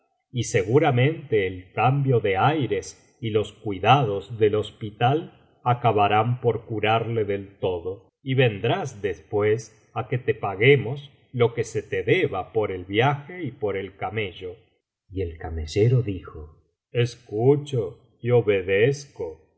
y seguramente el cambio de aires y los cuidados del hospital acabarán por curarle del todo y vendrás después á que te paguemos lo que se te deba por el viaje y por el camello y el camellero dijo escucho y obedezco y